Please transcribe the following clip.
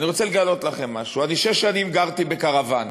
אני רוצה לגלות לכם משהו: שש שנים גרתי בקרוון